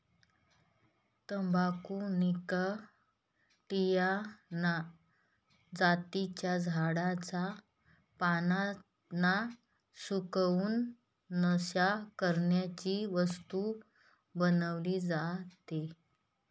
तंबाखू निकॉटीयाना जातीच्या झाडाच्या पानांना सुकवून, नशा करण्याची वस्तू बनवली जाते